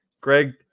Greg